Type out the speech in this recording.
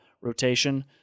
rotation